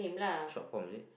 short form is it